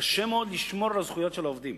קשה מאוד לשמור על הזכויות של העובדים.